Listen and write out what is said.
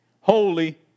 holy